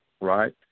Right